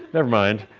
nevermind.